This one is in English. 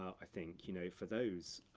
i think, you know, for those